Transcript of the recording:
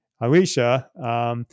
Alicia